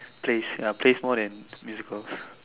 plays ya plays more than musicals